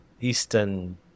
Eastern